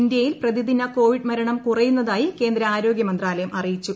ഇന്ത്യയിൽ പ്രതിദിന കോവിഡ് മരണം കുറയുന്നതായി കേന്ദ്ര ആരോഗൃമന്ത്രാലയം അറിയിച്ചു